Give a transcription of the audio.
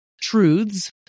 truths